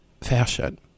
Fashion